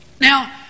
Now